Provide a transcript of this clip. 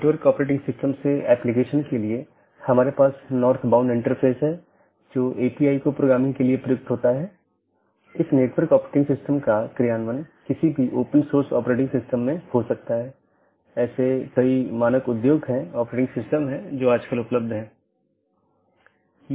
network layer की जानकारी क्या है इसमें नेटवर्क के सेट होते हैं जोकि एक टपल की लंबाई और उपसर्ग द्वारा दर्शाए जाते हैं जैसा कि 14 202 में 14 लम्बाई है और 202 उपसर्ग है और यह उदाहरण CIDR रूट है